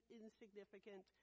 insignificant